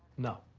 no,